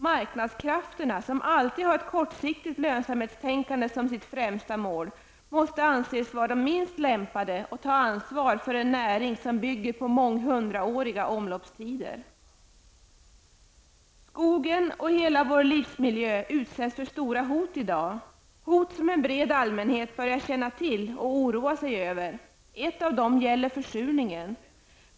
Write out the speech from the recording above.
Marknadskrafterna, som alltid har ett kortsiktigt lönsamhetstänkande som sitt främsta mål, måste anses vara de minst lämpade att ta ansvar för en näring som bygger på månghundraåriga omloppstider. Skogen och hela vår livsmiljö utsätts för stora hot i dag, hot som en bred allmänhet börjar känna till och oroa sig över. Ett av dem gäller försurningen.